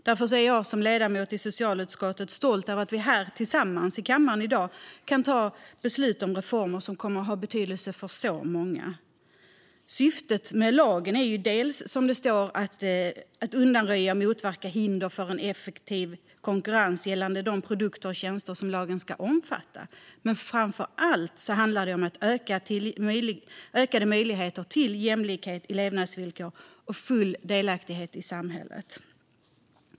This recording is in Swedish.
Därför är jag som ledamot i socialutskottet stolt över att kammaren i dag tar beslut om reformer som kommer att få betydelse för så många. Syftet med lagen är att undanröja och motverka hinder för en effektiv konkurrens gällande de produkter och tjänster som lagen ska omfatta. Men framför allt ger den ökade möjligheter till jämlikhet i levnadsvillkor och full delaktighet i samhällslivet.